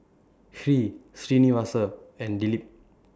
Hri Srinivasa and Dilip